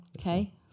Okay